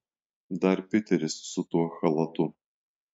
dar piteris su tuo chalatu